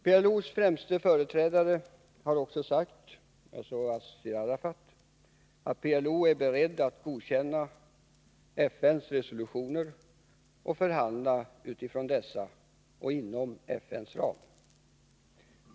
PLO:s främste företrädare Yasser Arafat har också sagt att PLO godkänner FN:s resolutioner och är beredd förhandla utifrån dessa och inom FN:s ram.